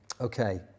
Okay